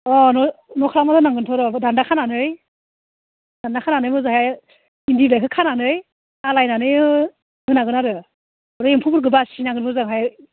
अह न' न' खालामना होनांगोनथ' आरो दान्दा खानानै दान्दा खानानै मोजाङै इन्दि बिलाइखौ खानानै आलायनानै हो होनांगोन आरो ओमफ्राय एम्फौफोरखौ बासिनांगोन मोजांहाय